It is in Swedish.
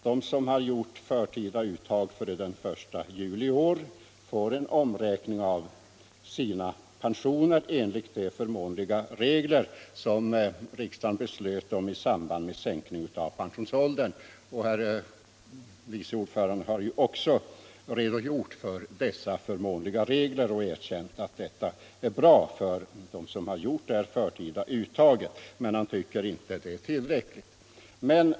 De som har gjort förtida uttag före den 1 juli i år får en omräkning av sina pensioner enligt de förmånliga regler som riksdagen antog i samband med beslutet om en sänkning av pensionsåldern. Herr vice ordföranden har också redogjort för dessa förmånliga regler och erkänt att de är bra för dem som har gjort detta förtida uttag, men han tycker inte det är tillräckligt.